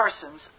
persons